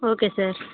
okay sir